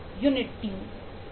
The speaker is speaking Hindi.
यूनिट टीमें